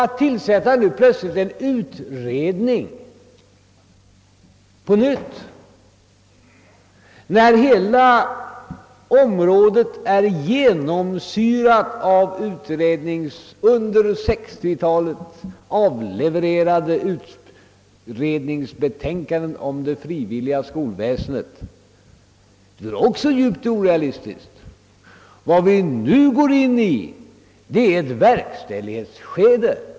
Att nu plötsligt på nytt tillsätta en utredning, när hela området är genomsyrat av under 1960-talet inlevererade utredningsbetänkanden om det frivilliga skolväsendet, vore också djupt orealistiskt. | Vi går nu in i ett verkställighetsskede.